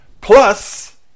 plus